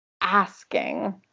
asking